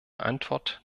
antwort